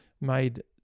made